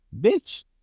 bitch